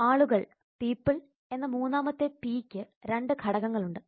ആളുകൾ എന്ന മൂന്നാമത്തെ പി ക്ക് രണ്ട് ഘടകങ്ങളുണ്ട്